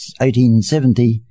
1870